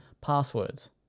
passwords